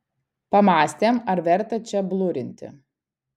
pamąstėm ar verta čia blurinti